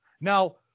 Now